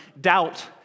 doubt